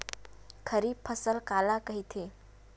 खरीफ फसल काला कहिथे?